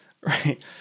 right